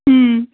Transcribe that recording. اۭم